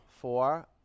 four